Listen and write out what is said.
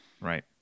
Right